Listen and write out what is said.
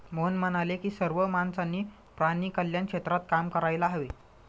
मोहन म्हणाले की सर्व माणसांनी प्राणी कल्याण क्षेत्रात काम करायला हवे